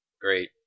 Great